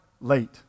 late